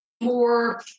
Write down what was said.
more